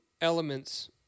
elements